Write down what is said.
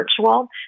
virtual